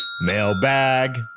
mailbag